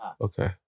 okay